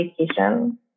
Vacation